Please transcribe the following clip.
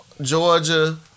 Georgia